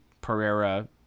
Pereira